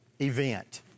event